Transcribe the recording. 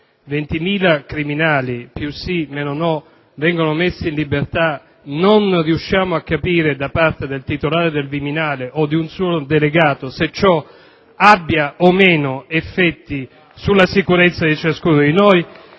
20.000 criminali - più sì, meno no - vengono messi in libertà non riusciamo a capire, da parte del titolare del Viminale o di un suo delegato, se ciò abbia o meno effetti sulla sicurezza di ciascuno di noi?